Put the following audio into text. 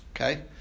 Okay